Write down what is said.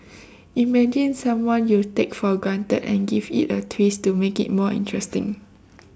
imagine someone you take for granted and give it a twist to make it more interesting